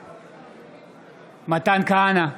בעד מתן כהנא,